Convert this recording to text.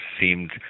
seemed